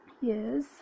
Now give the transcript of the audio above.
Yes